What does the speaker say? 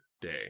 day